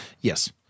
Yes